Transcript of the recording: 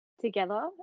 together